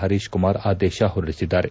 ಹರೀಶ್ ಕುಮಾರ್ ಆದೇಶ ಹೊರಡಿಸಿದ್ದಾರೆ